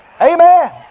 Amen